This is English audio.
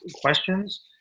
questions